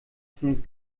von